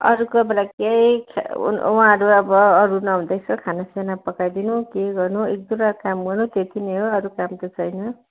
अरू कोही बेला केही उहाँहरू अब अरू नहुँदा यसो खानासाना पकाइदिनु केही गर्नु एक दुईवटा काम गर्नु त्यति नै हो अरू काम त छैन